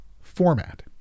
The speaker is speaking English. format